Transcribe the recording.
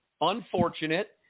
unfortunate